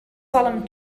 solemn